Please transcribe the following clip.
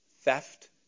theft